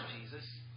Jesus